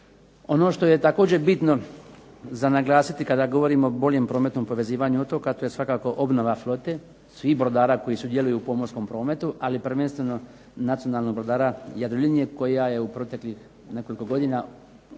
Ono što je također bitno za naglasiti, kada govorim o boljem prometnom povezivanju otoka to je svakako obnova flote, svih brodara koji sudjeluju u pomorskom prometu, ali prvenstveno nacionalnog brodara Jadrolinije koja je u proteklih nekoliko godina značajno